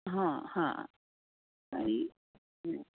हां हां आणि